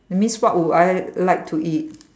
that means what would I like to eat